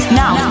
Now